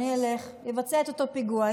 אני אלך ואבצע פיגוע,